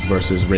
Versus